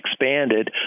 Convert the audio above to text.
expanded